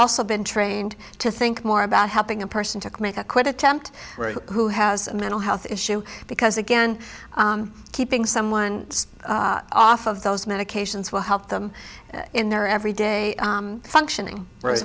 also been trained to think more about helping a person to make a quit attempt who has a mental health issue because again keeping someone off of those medications will help them in their every day functioning